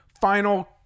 Final